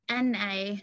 NA